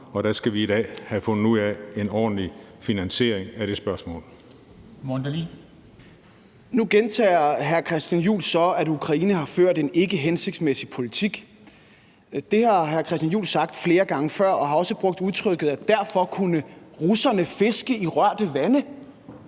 Morten Dahlin. Kl. 14:00 Morten Dahlin (V): Nu gentager Christian Juhl så, at Ukraine har ført en ikkehensigtsmæssig politik. Det har hr. Christian Juhl sagt flere gange før, og han har også brugt udtrykket, at derfor kunne russerne fiske i rørte vande.